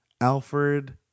alfred